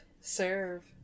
serve